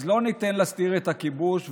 אז לא ניתן להסתיר את הכיבוש,